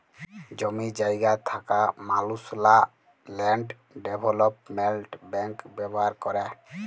জমি জায়গা থ্যাকা মালুসলা ল্যান্ড ডেভলোপমেল্ট ব্যাংক ব্যাভার ক্যরে